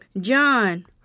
John